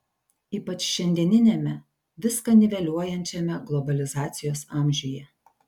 ypač šiandieniame viską niveliuojančiame globalizacijos amžiuje